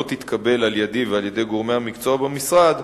לא תתקבל על-ידי ועל-ידי גורמי המקצוע במשרד,